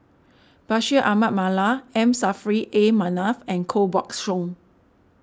Bashir Ahmad Mallal M Saffri A Manaf and Koh Buck Song